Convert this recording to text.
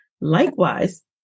Likewise